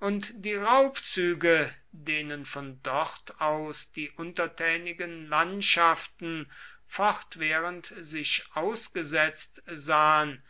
und die raubzüge denen von dort aus die untertänigen landschaften fortwährend sich ausgesetzt sahen